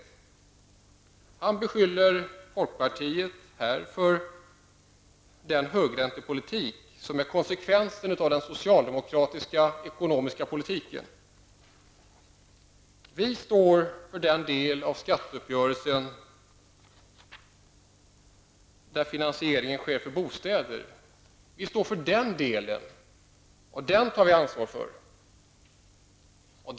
Agne Hansson beskyller här folkpartiet för den högräntepolitik som är konsekvensen av den socialdemokratiska ekonomiska politiken. Vi står för den del av skatteuppgörelsen där finansieringen av bostäder sker, och vi tar även ansvar för den delen.